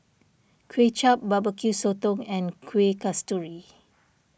Kuay Chap Barbecue Sotong and Kuih Kasturi